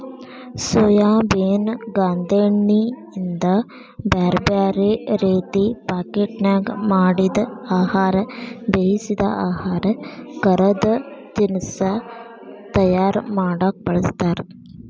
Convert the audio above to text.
soybean ಗಾಂದೇಣ್ಣಿಯಿಂದ ಬ್ಯಾರ್ಬ್ಯಾರೇ ರೇತಿ ಪಾಕೇಟ್ನ್ಯಾಗ ಮಾಡಿದ ಆಹಾರ, ಬೇಯಿಸಿದ ಆಹಾರ, ಕರದ ತಿನಸಾ ತಯಾರ ಮಾಡಕ್ ಬಳಸ್ತಾರ